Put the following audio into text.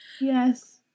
Yes